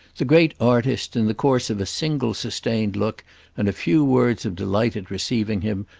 the great artist, in the course of a single sustained look and a few words of delight at receiving him,